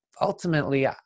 ultimately